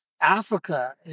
Africa